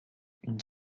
une